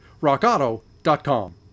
Rockauto.com